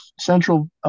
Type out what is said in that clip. Central